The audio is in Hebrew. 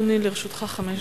בבקשה, אדוני, לרשותך חמש דקות.